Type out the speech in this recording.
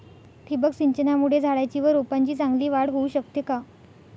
ठिबक सिंचनामुळे झाडाची व रोपांची चांगली वाढ होऊ शकते का?